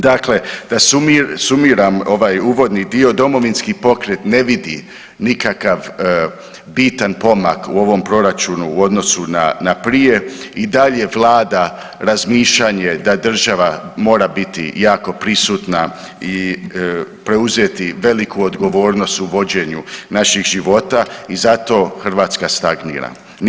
Dakle, da sumiram ovaj uvodni dio, Domovinski pokret ne vidi nikakav bitan pomak u ovom proračunu u odnosu na prije i dalje vlada razmišljanje da država mora biti jako prisutna i preuzeti veliku odgovornost u vođenju naših života i zato Hrvatska stagnira.